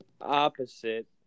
opposite